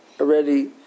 already